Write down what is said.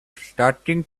starting